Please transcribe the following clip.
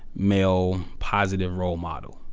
male positive role model.